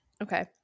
Okay